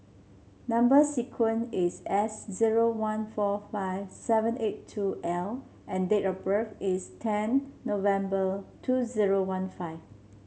number sequence is S zero one four five seven eight two L and date of birth is ten November two zero one five